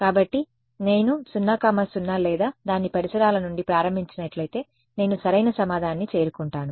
కాబట్టి నేను 0 0 లేదా దాని పరిసరాల నుండి ప్రారంభించినట్లయితే నేను సరైన సమాధానాన్ని చేరుకుంటాను